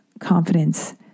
confidence